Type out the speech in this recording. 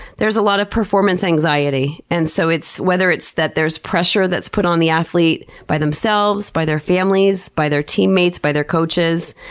there's a lot of performance anxiety whether and so it's whether it's that there's pressure that's put on the athlete by themselves, by their families, by their teammates, by their coaches.